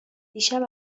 دیشب